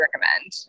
recommend